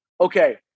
okay